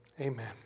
amen